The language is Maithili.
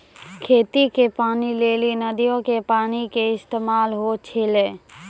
खेती के पानी लेली नदीयो के पानी के इस्तेमाल होय छलै